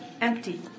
empty